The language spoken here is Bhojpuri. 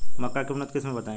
मक्का के उन्नत किस्म बताई?